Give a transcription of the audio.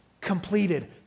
completed